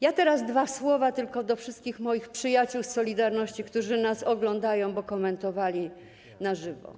Ja teraz powiem dwa słowa tylko do wszystkich moich przyjaciół z „Solidarności”, którzy nas oglądają, bo komentowali na żywo.